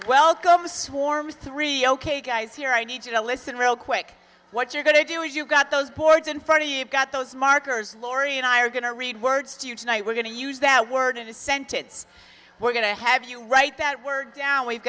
welcome swarms three ok guys here i need you to listen real quick what you're going to do is you've got those boards in front of you got those markers laurie and i are going to read words to you tonight we're going to use that word in a sentence we're going to have you write that word down we've